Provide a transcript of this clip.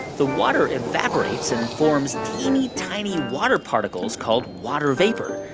the water evaporates and forms teeny, tiny water particles called water vapor.